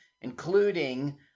including